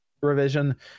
revision